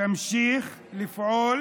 תמשיך לפעול